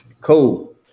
Cool